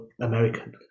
American